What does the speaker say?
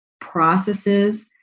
processes